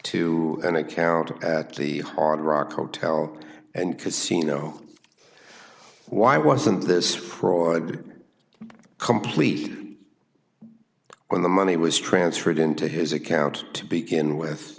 to an account at the hard rock hotel and casino why wasn't this fraud complete when the money was transferred into his account to begin with